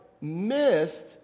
missed